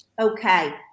Okay